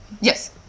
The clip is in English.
Yes